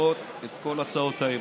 לדחות את כל הצעות האי-אמון.